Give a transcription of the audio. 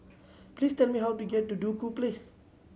please tell me how to get to Duku Place